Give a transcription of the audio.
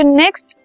next